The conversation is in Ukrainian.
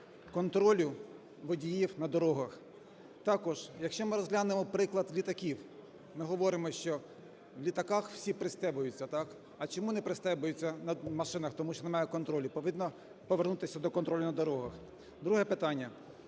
контролю водіїв на дорогах. Також якщо ми розглянемо приклад літаків. Ми говоримо, що в літаках всі пристібаються. А чому не пристібаються на машинах? Тому що немає контролю. Потрібно повернутися до контролю на дорогах. Друге питання.